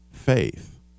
faith